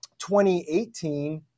2018